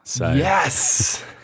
Yes